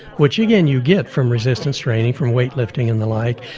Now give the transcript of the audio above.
which again you get from resistance training, from weight lifting and the like,